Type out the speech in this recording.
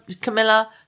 Camilla